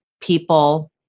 people